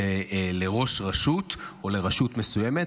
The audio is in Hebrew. שלראש רשות או לרשות מסוימת,